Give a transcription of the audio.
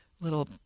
little